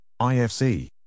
IFC